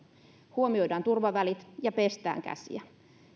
huomioidaan turvavälit ja pestään käsiä